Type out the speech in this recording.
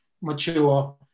mature